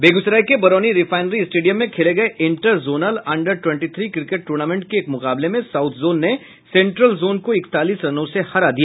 बेगूसराय के Barauni refinery stadium में खेले गये inter zonal under twenty three cricket tournament के मुकाबले में साउथ जोन ने सेंट्रल जोन को इकतालीस रनों से हरा दिया